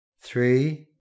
three